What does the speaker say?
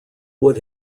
would